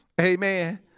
Amen